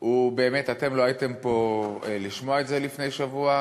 לא הייתם פה כדי לשמוע את זה לפני שבוע,